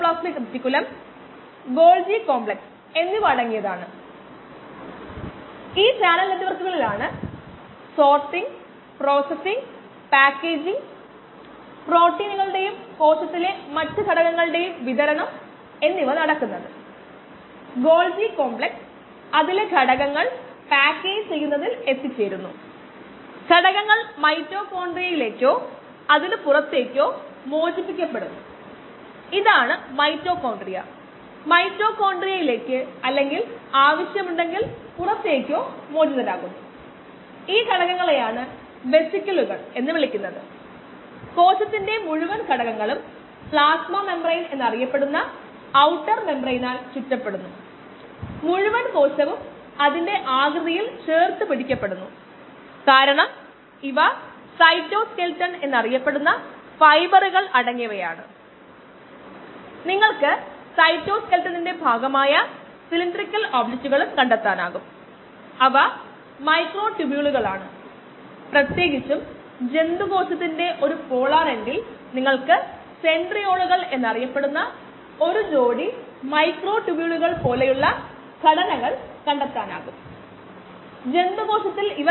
5 gram എന്ന സാന്ദ്രതയോടെ ആരംഭിച്ച് ലിറ്ററിന് 4 ഗ്രാം എന്ന സാന്ദ്രതയിലെത്താൻ ആവശ്യമായ സമയം